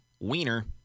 wiener